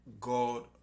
god